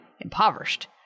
impoverished